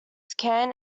can